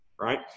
right